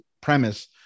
premise